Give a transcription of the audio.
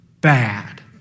bad